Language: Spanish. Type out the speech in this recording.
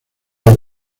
del